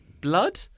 blood